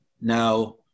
Now